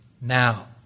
Now